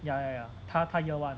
ya ya ya 他他 year one